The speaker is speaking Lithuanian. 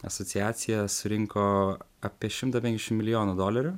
asociacija surinko apie šimtą penkdešimt milijonų dolerių